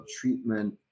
treatment